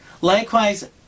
Likewise